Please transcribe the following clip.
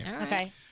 Okay